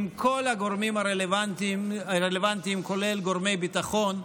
עם כל הגורמים הרלוונטיים, כולל גורמי ביטחון.